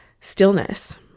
stillness